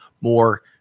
more